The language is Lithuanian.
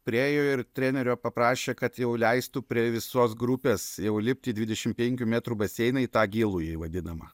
priėjo ir trenerio paprašė kad jau leistų prie visos grupės jau lipt į dvidešim penkių metrų baseiną į tą gilųjį vadinamą